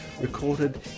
recorded